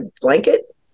blanket